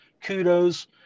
kudos